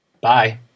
Bye